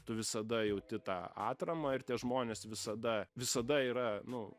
tu visada jauti tą atramą ir tie žmonės visada visada yra nu